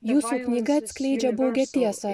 jūsų knyga atskleidžia baugią tiesą